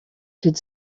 could